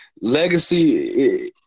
Legacy